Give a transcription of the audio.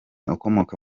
ukomoka